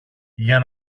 για